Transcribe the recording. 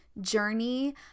journey